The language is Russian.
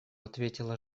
ответила